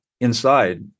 inside